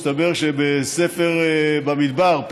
ומסתבר שבספר במדבר,